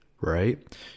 right